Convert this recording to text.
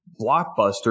Blockbuster